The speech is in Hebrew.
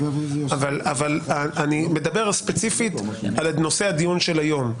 אני מדבר ספציפית על נושא הדיון של היום.